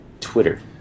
Twitter